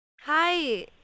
Hi